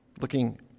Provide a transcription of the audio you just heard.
looking